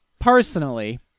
personally